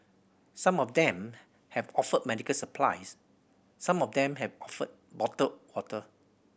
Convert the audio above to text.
some of them have offered medical supplies some of them have offered bottled water